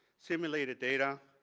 simulateed data,